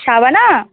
Shabana